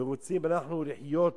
ורוצים אנחנו לחיות